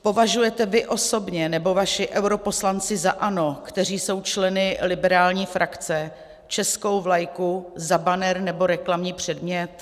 Považujete vy osobně nebo vaši europoslanci za ANO, kteří jsou členy liberální frakce, českou vlajku za banner nebo reklamní předmět?